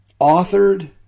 authored